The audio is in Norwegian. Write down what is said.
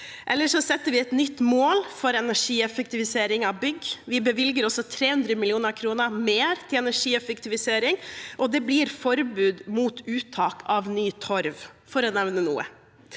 Ellers setter vi et nytt mål for energieffektivisering av bygg. Vi bevilger også 300 mill. kr mer til energieffektivisering, og det blir forbud mot uttak av ny torv,